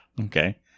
Okay